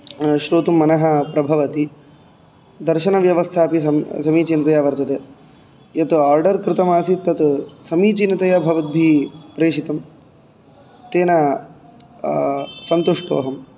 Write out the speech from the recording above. श्रोतुं मनः प्रभवति दर्शनव्यवस्थापि समीचीनतया वर्तते यत् आर्डर् कृतमासीत् तत् समीचिनतया भवद्भिः प्रेषितं तेन सन्तुष्टोहं